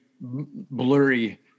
blurry